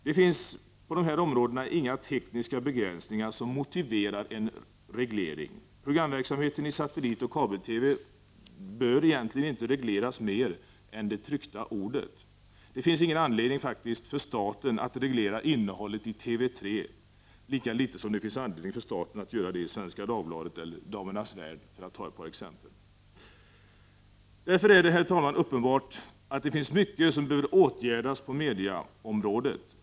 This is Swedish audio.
Det finns på dessa områden inga tekniska begränsningar som motiverar en reglering. Programverksam heten i satellitoch kabel-TV bör inte regleras mer än det tryckta ordet. Det finns faktiskt ingen anledning för staten att reglera innehållet i TV 3, lika litet som det finns anledning att göra det i Svenska Dagbladet eller i Damernas Värld, för att ta några exempel. Därför är det, herr talman, uppenbart att det finns mycket som bör åtgärdas på mediaområdet.